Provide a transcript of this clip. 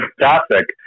fantastic